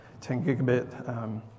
10-gigabit